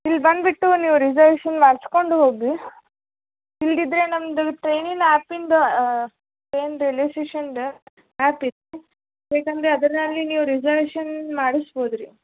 ಇಲ್ಲಿ ಬಂದ್ಬಿಟ್ಟು ನೀವು ರಿಸರ್ವೇಶನ್ ಮಾಡಿಸ್ಕೊಂಡು ಹೋಗ್ರಿ ಇಲ್ದಿದ್ರೆ ನಮ್ದು ಟ್ರೈನಿನ ಆ್ಯಪಿಂದು ಟ್ರೈನ್ ರೈಲ್ ವೇ ಸ್ಟೇಷನ್ದು ಆ್ಯಪಿತ್ತು ಬೇಕಂದ್ರೆ ಅದರಲ್ಲಿ ನೀವು ರಿಸರ್ವೇಶನ್ ಮಾಡಿಸ್ಬೌದ್ರಿ